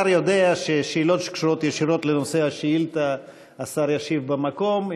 השר יודע שבשאלות שקשורות לנושא השאילתה השר ישיב במקום,